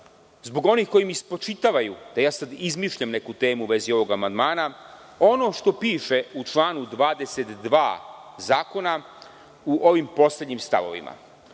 zbog onih koji mi spočitavaju da sada izmišljam neku temu u vezi ovog amandmana ono što piše u članu 22. zakona u poslednjim stavovima.„Nakon